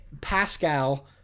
Pascal